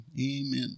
amen